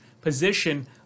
position